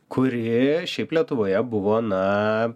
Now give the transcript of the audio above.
kuri šiaip lietuvoje buvo na